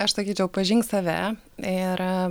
aš sakyčiau pažink save ir